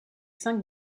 cinq